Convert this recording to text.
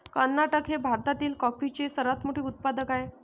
कर्नाटक हे भारतातील कॉफीचे सर्वात मोठे उत्पादक आहे